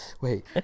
Wait